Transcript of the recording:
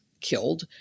killed